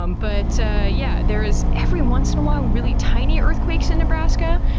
um but yeah, there is every once in a while, really tiny earthquakes in nebraska.